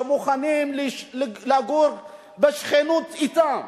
והם לא ירגישו שמוכנים לגור בשכנות אתם,